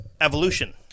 evolution